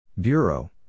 Bureau